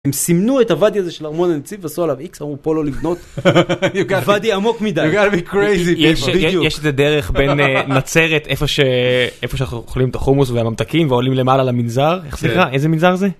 הם סימנו את הוואדי הזה של ארמון הנציב, ועשו עליו איקס אמרו פה לא לבנות. הוואדי עמוק מדי. יש את הדרך בין נצרת איפה שאנחנו אוכלים את החומוס והממתקים ועולים למעלה למנזר איך זה נקרא? איזה מנזר זה?